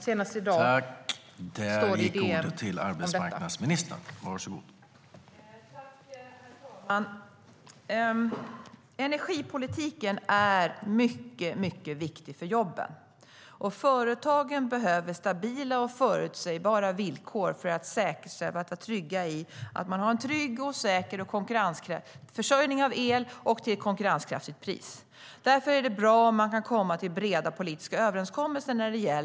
Senast i dag står det i DN om detta.